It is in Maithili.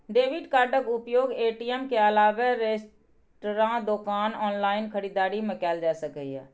डेबिट कार्डक उपयोग ए.टी.एम के अलावे रेस्तरां, दोकान, ऑनलाइन खरीदारी मे कैल जा सकैए